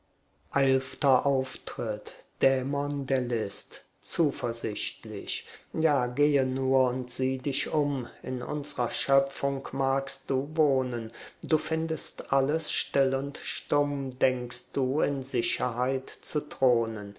eilfter auftritt dämon der list zuversichtlich ja gehe nur und sieh dich um in unsrer schöpfung magst du wohnen du findest alles still und stumm denkst du in sicherheit zu thronen